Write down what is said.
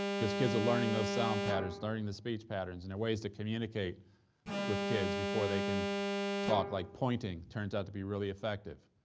cause kids are learning those sound patterns, learning the speech patterns, and there are ways to communicate with kids before they can talk like pointing turns out to be really effective.